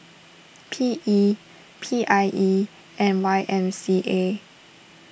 P E P I E and Y M C A